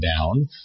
down